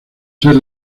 ser